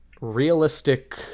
realistic